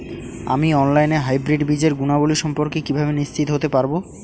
আমি অনলাইনে হাইব্রিড বীজের গুণাবলী সম্পর্কে কিভাবে নিশ্চিত হতে পারব?